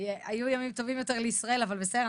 היו ימים טובים יותר לישראל אבל בסדר,